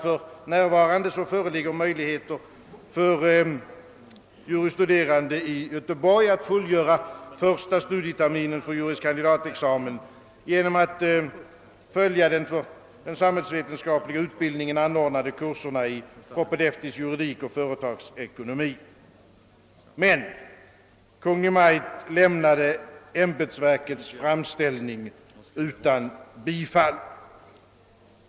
För närvarande föreligger möjligheter för juris studerande i Göteborg att fullgöra första studieterminen för juris kandidatexamen genom att följa de för den samhällsvetenskapliga utbildningen anordnade kurserna i propedeutisk juridik och företagsekonomi. Men Kungl. Maj:t lämnade ämbetsverkets framställning utan bifall.